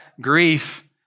grief